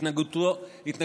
הוא היה עובר אלמלא בסופו של דבר